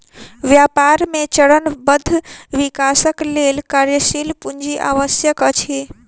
व्यापार मे चरणबद्ध विकासक लेल कार्यशील पूंजी आवश्यक अछि